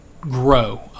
grow